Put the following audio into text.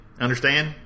Understand